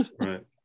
right